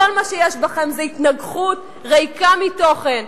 כל מה שיש בכם זאת התנגחות ריקה מתוכן,